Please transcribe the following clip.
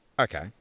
Okay